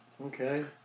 Okay